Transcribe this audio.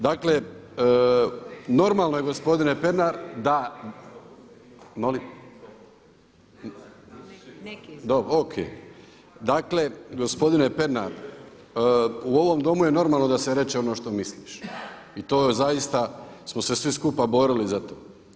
Dakle normalno je gospodine Pernar da … [[Upadica se ne čuje.]] dakle, gospodine Pernar u ovom domu je normalno da se kaže ono što misliš i to je zaista smo se svi skupa borili za to.